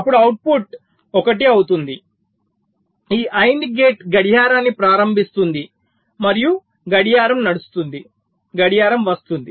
అప్పుడు అవుట్పుట్ 1 అవుతుంది ఈ AND గేట్ గడియారాన్ని ప్రారంభిస్తుంది మరియు గడియారం వస్తుంది